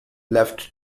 left